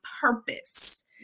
purpose